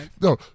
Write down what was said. No